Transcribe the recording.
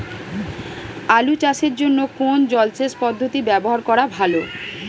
আলু চাষের জন্য কোন জলসেচ পদ্ধতি ব্যবহার করা ভালো?